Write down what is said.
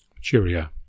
Cheerio